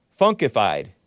Funkified